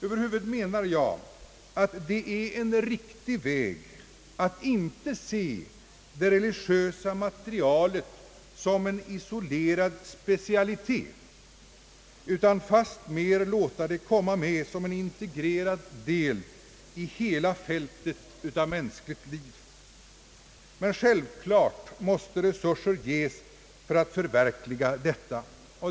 Över huvud menar jag att det är en riktig väg att inte se det religiösa materialet som en isolerad specialitet utan fastmer låta det komma med som en integrerad del i hela fältet av mänskligt liv. Självklart måste resurser ges för att förverkliga detta.